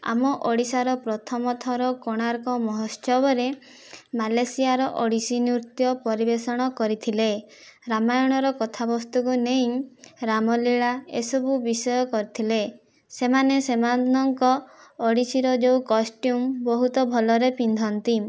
ଆମ ଓଡ଼ିଶାର ପ୍ରଥମଥର କୋଣାର୍କ ମହୋତ୍ସବରେ ମାଲେସିଆର ଓଡ଼ିଶୀ ନୃତ୍ୟ ପରିବେଷଣ କରିଥିଲେ ରାମାୟଣର କଥାବସ୍ତୁକୁ ନେଇ ରାମଲୀଳା ଏସବୁ ବିଷୟ କରିଥିଲେ ସେମାନେ ସେମାନଙ୍କ ଓଡ଼ିଶୀର ଯେଉଁ କଷ୍ଟ୍ୟୁମ ବହୁତ ଭଲରେ ପିନ୍ଧନ୍ତି